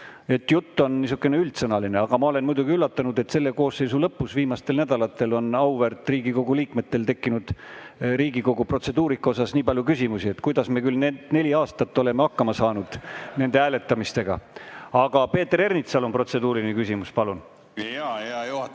Jutt on niisugune üldsõnaline. Aga ma olen muidugi üllatunud, et selle koosseisu lõpus viimastel nädalatel on auväärt Riigikogu liikmetel tekkinud protseduurika kohta nii palju küsimusi. Kuidas me küll need neli aastat oleme hakkama saanud nende hääletamistega? Aga Peeter Ernitsal on protseduuriline küsimus. Palun! Mina ei oska